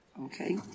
Okay